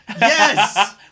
yes